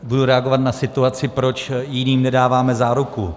Budu reagovat na situaci, proč jiným nedáváme záruku.